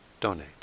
donate